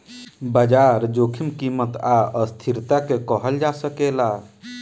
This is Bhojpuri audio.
बाजार जोखिम कीमत आ अस्थिरता के कहल जा सकेला